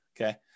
okay